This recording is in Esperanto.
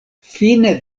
fine